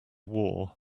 war